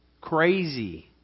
crazy